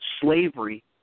slavery